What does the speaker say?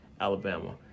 Alabama